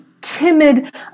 timid